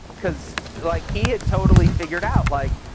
cause like he had totally figured out like,